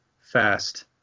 fast